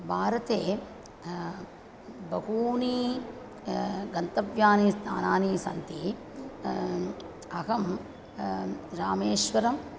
भारते बहूनि गन्तव्यानि स्थानानि सन्ति अहं रामेश्वरम्